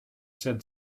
said